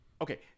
Okay